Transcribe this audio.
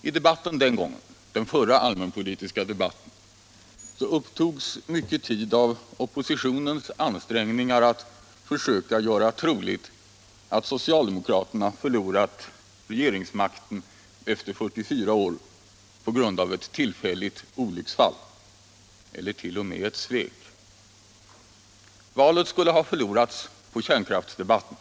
I debatten den gången, den förra allmänpolitiska debatten, upptogs mycken tid av oppositionens ansträngningar att försöka göra troligt att socialdemokraterna förlorat regeringsmakten efter 44 år på grund av ett tillfälligt olycksfall eller t.o.m. ett svek. Valet skulle ha förlorats på kärnkraftsdebatten.